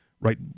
right